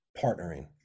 partnering